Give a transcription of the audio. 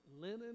linen